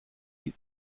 eat